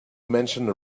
mentioned